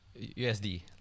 USD